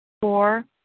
Four